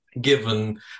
given